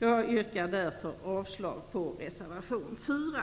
Jag yrkar därför avslag på reservation 4.